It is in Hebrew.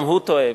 גם הוא טועה.